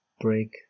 Break